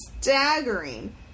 staggering